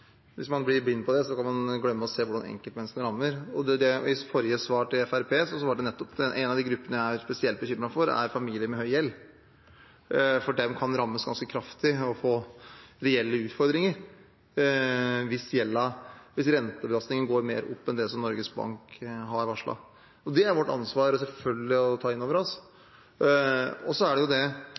hvis man blir blind for det, kan man glemme å se hvordan enkeltmenneskene rammes. I det forrige svaret, til Fremskrittspartiet, handlet det om en av de gruppene jeg er spesielt bekymret for, og det er familier med høy gjeld, for de kan rammes ganske kraftig og få reelle utfordringer hvis rentebelastningen går mer opp enn det Norges Bank har varslet. Det er selvfølgelig vårt ansvar å ta det inn over oss. Det er mange ting man ellers kunne løftet fram i dette regnestykket. Det